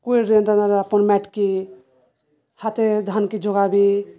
କୁଇଡ଼ରେନ୍ ଦାନାରେ ଆପଣ ମେଟକି ହାତରେ ଧାନକି ଜଗାବି